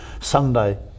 Sunday